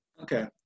Okay